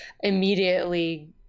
immediately